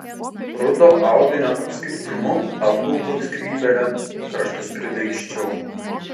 rudo audinio apskritimu apgaubiau skrybėlę kraštus pridaigsčiau